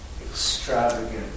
extravagant